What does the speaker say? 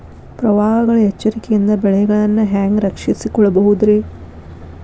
ಪ್ರವಾಹಗಳ ಎಚ್ಚರಿಕೆಯಿಂದ ಬೆಳೆಗಳನ್ನ ಹ್ಯಾಂಗ ರಕ್ಷಿಸಿಕೊಳ್ಳಬಹುದುರೇ?